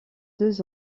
deux